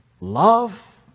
love